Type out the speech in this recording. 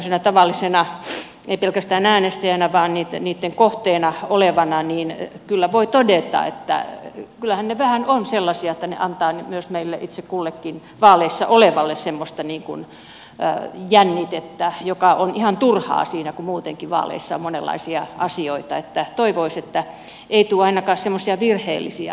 tämmöisenä tavallisena ei pelkästään äänestäjänä vaan niitten kohteena olevana kyllä voi todeta että kyllähän ne vähän ovat sellaisia että ne antavat myös meille itse kullekin vaaleissa olevalle semmoista jännitettä joka on ihan turhaa siinä kun muutenkin vaaleissa on monenlaisia asioita niin että toivoisi että ei tule ainakaan semmoisia virheellisiä ohjauksia